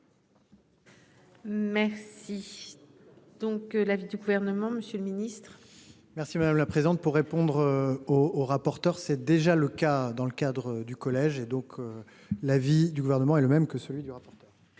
Merci. Donc l'avis du gouvernement, Monsieur le Ministre. Merci madame la présente pour répondre. Au rapporteur, c'est déjà le cas dans le cadre du collège et donc. L'avis du gouvernement, est le même que celui du rapport.